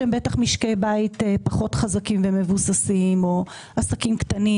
הם בטח משקי בית פחות חזקים ומבוססים או עסקים קטנים,